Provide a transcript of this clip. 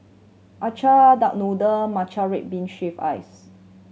acar duck noodle matcha red bean shave ice